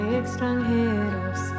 extranjeros